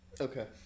Okay